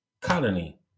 colony